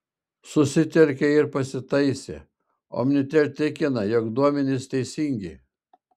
susitelkė ir pasitaisė omnitel tikina jog duomenys teisingi